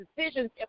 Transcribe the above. decisions